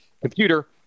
computer